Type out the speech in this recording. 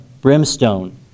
brimstone